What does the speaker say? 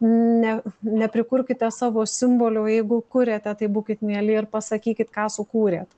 ne neprikurkite savo simbolių o jeigu kuriate tai būkit mieli ir pasakykit ką sukūrėt